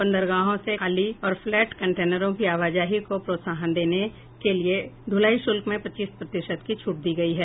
बंदरगाहों से खाली और फ्लैट कंटेनरों की आवाजाही को प्रोत्साहन देने के लिए ढुलाई शुल्क में पच्चीस प्रतिशत की छूट दी गई है